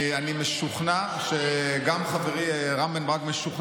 אני משוכנע שגם חברי רם בן ברק משוכנע,